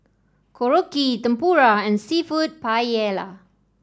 Korokke Tempura and seafood Paella